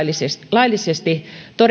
laillisesti